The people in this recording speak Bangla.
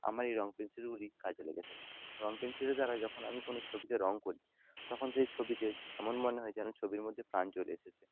আমার এই রঙ পেনসিলগুলি কাজে লেগে থাকে রঙ পেনসিলের দ্বারা যখন আমি কোনো ছবিতে রঙ করি তখন সেই ছবিতে এমন মনে হয় যেন ছবির মধ্যে প্রাণ চলে এসেছে